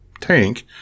tank